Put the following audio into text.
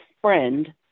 friend